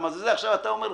עכשיו אתה אומר,